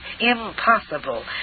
Impossible